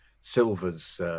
Silver's